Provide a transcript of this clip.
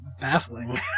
baffling